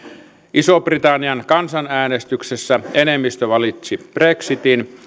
ison britannian kansanäänestyksessä enemmistö valitsi brexitin